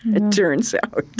it turns out.